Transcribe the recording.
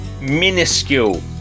minuscule